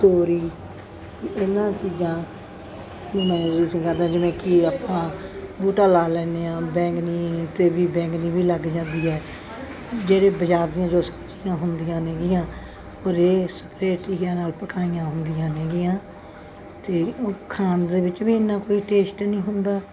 ਤੋਰੀ ਇਹਨਾਂ ਚੀਜ਼ਾਂ ਨੂੰ ਮੈਂ ਯੂਜ ਕਰਦੀ ਜਿਵੇਂ ਕਿ ਆਪਾਂ ਬੂਟਾ ਲਾ ਲੈਂਦੇ ਹਾਂ ਬੈਂਗਣੀ ਅਤੇ ਵੀ ਬੈਂਗਣੀ ਵੀ ਲੱਗ ਜਾਂਦੀ ਹੈ ਜਿਹੜੇ ਬਜ਼ਾਰ ਦੀਆਂ ਜੋ ਸਬਜ਼ੀਆਂ ਹੁੰਦੀਆਂ ਹੈਗੀਆਂ ਉਹ ਰੇਹ ਸਪਰੇਅ ਟੀਕਿਆਂ ਨਾਲ ਪਕਾਈਆਂ ਹੁੰਦੀਆ ਹੈਗੀਆਂ ਅਤੇ ਉਹ ਖਾਣ ਦੇ ਵਿੱਚ ਵੀ ਇੰਨਾ ਕੋਈ ਟੇਸਟ ਨਹੀਂ ਹੁੰਦਾ